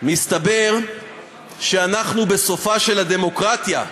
מסתבר שאנחנו בסופה של הדמוקרטיה,